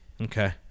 Okay